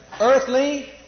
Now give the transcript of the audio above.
Earthly